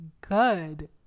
good